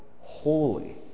holy